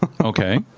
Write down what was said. Okay